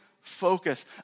focus